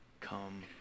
come